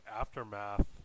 Aftermath